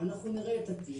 אנחנו נראה את התיק,